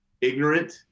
ignorant